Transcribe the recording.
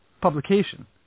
publication